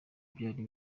byari